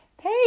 hey